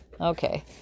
Okay